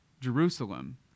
Jerusalem